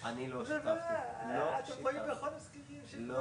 30% מאוכלוסיית חסרי המעש,